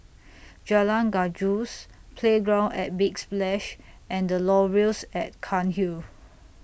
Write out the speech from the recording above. Jalan Gajus Playground At Big Splash and The Laurels At Cairnhill